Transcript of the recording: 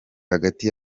hagati